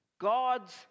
God's